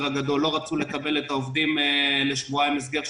הגדול לא רצו לקבל את העובדים לשבועיים הסגר,